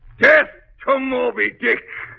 death to moby dick